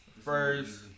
first